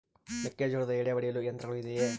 ಮೆಕ್ಕೆಜೋಳದ ಎಡೆ ಒಡೆಯಲು ಯಂತ್ರಗಳು ಇದೆಯೆ?